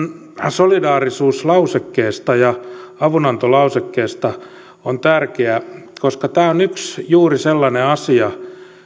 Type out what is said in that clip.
solidaarisuuslausekkeesta ja avunantolausekkeesta on tärkeää koska tämä on juuri yksi sellainen asia